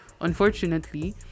Unfortunately